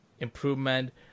improvement